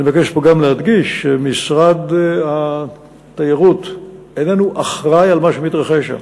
אני מבקש פה גם להדגיש שמשרד התיירות איננו אחראי למה שמתרחש שם.